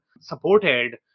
supported